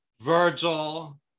Virgil